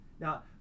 Now